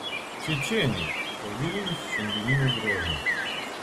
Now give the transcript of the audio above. čečėnija o vilnius šiandieniniu groznu